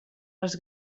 les